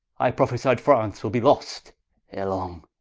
i prophesied, france will be lost ere long.